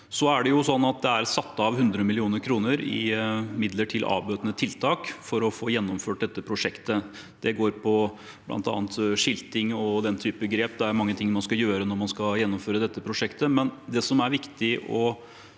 Det er satt av 100 mill. kr i midler til avbøtende tiltak for å få gjennomført dette prosjektet. Det går på bl.a. skilting og den type grep – det er mange ting man skal gjøre når man skal gjennomføre dette prosjektet.